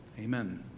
Amen